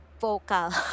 vocal